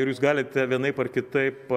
ir jūs galite vienaip ar kitaip